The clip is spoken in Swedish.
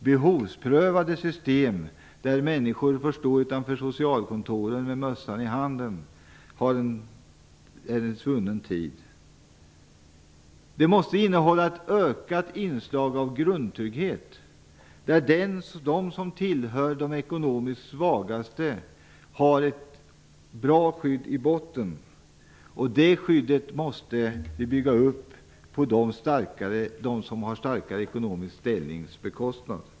Behovsprövade system där människor får stå utanför socialkontor med mössan i handen tillhör en svunnen tid. Systemet måste innehålla ett ökat inslag av grundtrygghet där de som tillhör de ekonomiskt svagaste har ett bra skydd i botten. Det skyddet måste vi bygga upp så att det bekostas av dem som har en starkare ekonomisk ställning.